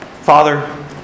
Father